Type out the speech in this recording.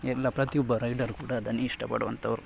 ಎಲ್ಲ ಪ್ರತಿಯೊಬ್ಬ ರೈಡರು ಕೂಡ ಅದನ್ನೇ ಇಷ್ಟಪಡುವಂಥವ್ರು